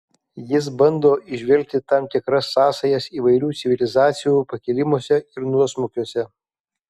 jis bando įžvelgti tam tikras sąsajas įvairių civilizacijų pakilimuose ir nuosmukiuose